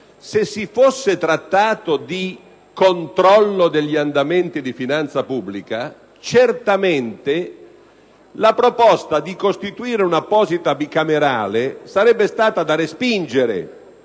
se si fosse trattato di controllo degli andamenti di finanza pubblica, certamente la proposta di costituire un'apposita Commissione bicamerale sarebbe stata da respingere,